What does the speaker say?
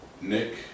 Nick